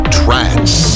trance